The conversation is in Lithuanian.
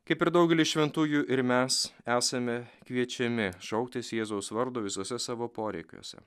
kaip ir daugelis šventųjų ir mes esame kviečiami šauktis jėzaus vardo visose savo poreikiuose